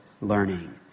learning